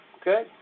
Okay